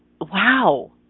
wow